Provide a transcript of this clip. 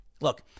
Look